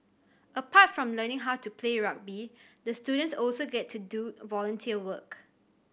apart from learning how to play rugby the students also get to do volunteer work